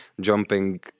jumping